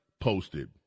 posted